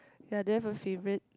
ya do you have a favourite